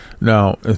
Now